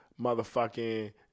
motherfucking